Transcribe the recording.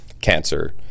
cancer